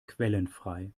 quellenfrei